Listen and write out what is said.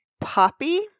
poppy